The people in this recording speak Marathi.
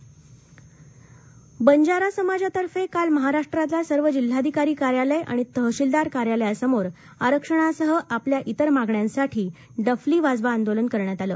बंजारा पालघर बंजारा समाजातर्फे काल महाराष्ट्रातल्या सर्व जिल्हाधिकारी कार्यालय आणि तहसीलदार कार्यालयासमोर आरक्षणासह आपल्या इतर मागण्यांसाठी डफली वाजवा आंदोलन करण्यात आलं